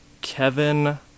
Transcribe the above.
Kevin